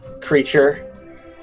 creature